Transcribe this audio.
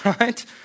right